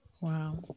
wow